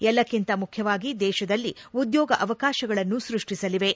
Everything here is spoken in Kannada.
ಎಲ್ಲಕ್ಕಿಂತ ಮುಖ್ಯವಾಗಿ ದೇಶದಲ್ಲಿ ಉದ್ಯೋಗ ಅವಕಾಶಗಳನ್ನು ಸೃಷ್ಟಿಸಲಿವೆ